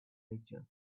nature